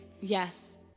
yes